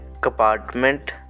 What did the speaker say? compartment